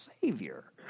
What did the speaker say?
Savior